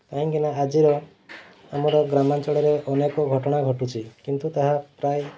କାହିଁକି ନା ଆଜିର ଆମର ଗ୍ରାମାଞ୍ଚଳରେ ଅନେକ ଘଟଣା ଘଟୁଛି କିନ୍ତୁ ତାହା ପ୍ରାୟ